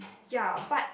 ya but